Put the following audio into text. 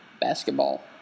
Basketball